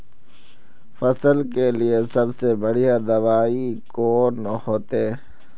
फसल के लिए सबसे बढ़िया दबाइ कौन होते?